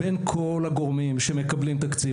בין כל הגורמים שמקבלים תקציב.